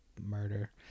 murder